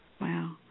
Wow